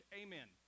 amen